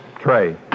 Trey